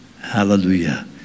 Hallelujah